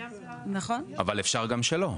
אבל אפשר גם שלא.